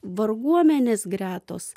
varguomenės gretos